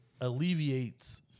alleviates